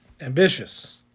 ambitious